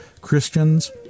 Christians